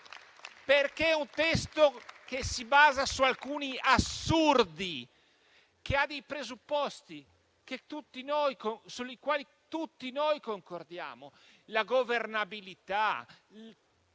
È un testo che si basa su alcuni assurdi. Vi sono presupposti su cui tutti noi concordiamo: la governabilità, il